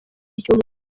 cyumweru